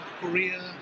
Korea